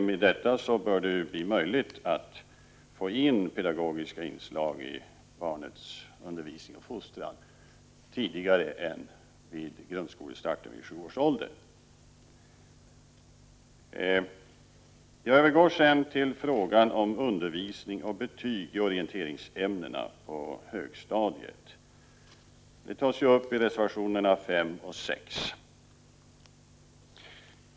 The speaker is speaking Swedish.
Med detta bör det bli möjligt att få in pedagogiska inslag i barnets undervisning och fostran tidigare än vid grundskolestarten vid sju års ålder. Jag övergår sedan till frågan om undervisning och betyg i orienteringsämnena på högstadiet. Denna fråga tas upp i reservationerna 5 och 6.